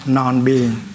non-being